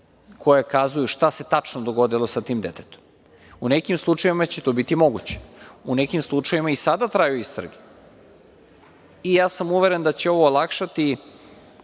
koje kazuju šta se tačno dogodilo sa tim detetom.U nekim slučajevima će to biti moguće. U nekim slučajevima i sada traju istrage i ja sam uveren da će ovo olakšati